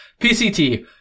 PCT